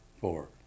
Four